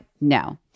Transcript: no